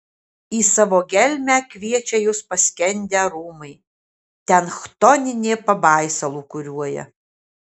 į savo gelmę kviečia jus paskendę rūmai ten chtoninė pabaisa lūkuriuoja